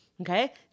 Okay